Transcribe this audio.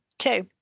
okay